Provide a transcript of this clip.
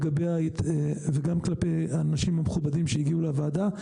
וגם כלפי האנשים המכובדים שהגיעו לוועדה.